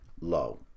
low